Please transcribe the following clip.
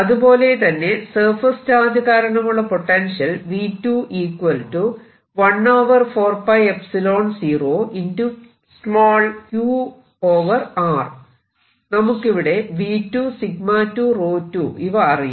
അതുപോലെ തന്നെ surface charge കാരണമുള്ള പൊട്ടൻഷ്യൽ നമുക്കിവിടെ V2 𝜎 2 𝜌2 ഇവ അറിയാം